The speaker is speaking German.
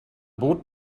bot